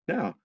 Now